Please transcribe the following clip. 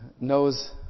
knows